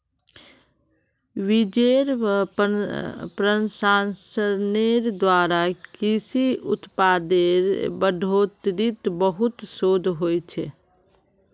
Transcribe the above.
बिजेर प्रसंस्करनेर द्वारा कृषि उत्पादेर बढ़ोतरीत बहुत शोध होइए